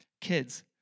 Kids